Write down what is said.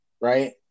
Right